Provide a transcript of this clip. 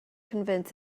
convince